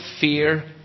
fear